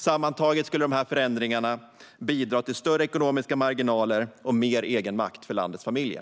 Sammantaget skulle de förändringarna bidra till större ekonomiska marginaler och mer egenmakt för landets familjer.